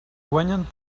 guanyen